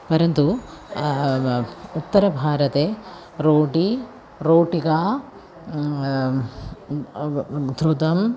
परन्तु उत्तरभारते रोटि रोटिगा घृतम्